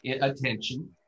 attention